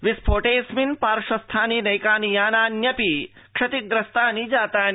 विस्फोटेऽस्मिन् पार्श्व स्थानि नैकानि यानानि क्षति ग्रस्तानि जातानि